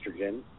estrogen